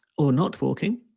or not walking